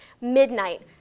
midnight